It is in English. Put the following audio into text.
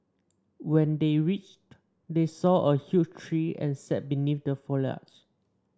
when they reached they saw a huge tree and sat beneath the foliage